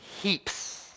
Heaps